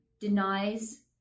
denies